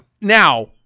Now